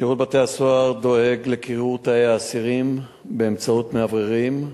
שירות בתי-הסוהר דואג לקירור תאי האסירים באמצעות מאווררים,